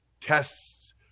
tests